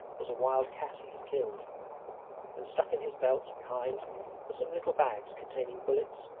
was a wild cat he had killed and stuck in his belt behind were some little bags containing bullets,